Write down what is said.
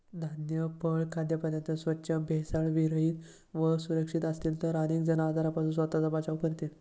धान्य, फळे, खाद्यपदार्थ स्वच्छ, भेसळविरहित व सुरक्षित असतील तर अनेक जण आजारांपासून स्वतःचा बचाव करतील